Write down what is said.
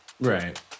Right